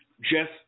Jeff